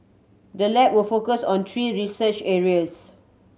the lab will focus on three research areas